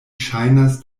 ŝajnas